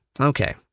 Okay